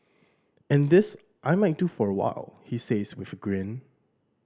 and this I might do for a while he says with a grin